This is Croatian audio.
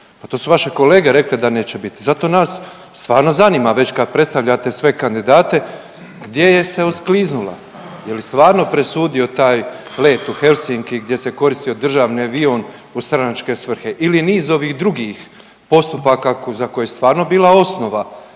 pa to su vaše kolege rekle da neće biti, zato nas stvarno zanima već kad predstavljate sve kandidate gdje je se oskliznula, je li stvarno presudio taj let u Helsinki gdje se koristio državni avion u stranačke svrhe ili niz ovih drugih postupaka za koje je stvarno bila osnova